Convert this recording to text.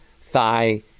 thigh